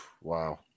Wow